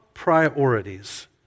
priorities